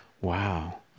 Wow